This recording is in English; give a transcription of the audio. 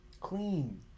clean